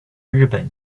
日本